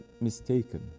mistaken